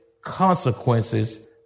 consequences